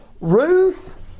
Ruth